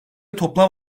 toplam